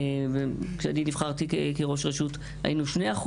כשאני נבחרתי כראש רשות היינו 2%,